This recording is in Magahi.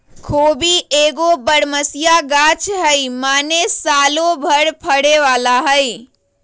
खोबि एगो बरमसिया ग़ाछ हइ माने सालो भर फरे बला हइ